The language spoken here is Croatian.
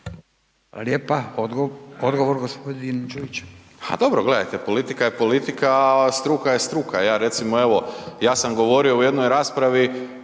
lijepa. Odgovor gospodin Đujić.